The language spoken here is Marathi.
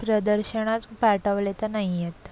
प्रदर्शनात पाठवले तर नाही आहेत